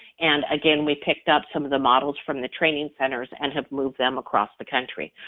and again we picked up some of the models from the training centers and have moved them across the country.